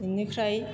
बिनिफ्राय